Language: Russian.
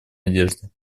надежды